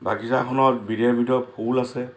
বাগিচাখনত বিধে বিধে ফুল আছে